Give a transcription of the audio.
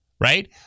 Right